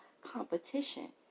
competition